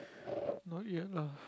not yet lah